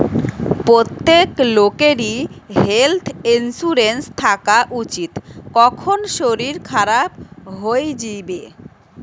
প্রত্যেক লোকেরই health insurance থাকা উচিত, কখন শরীর খারাপ হই যিবে